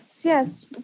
yes